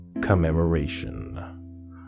commemoration